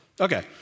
Okay